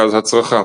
ואז הצרחה.